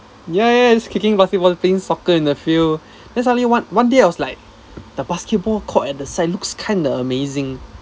ya ya kicking basketball thing soccer in the field then suddenly one one day I was like the basketball court at the side looks kinda amazing